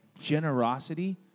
generosity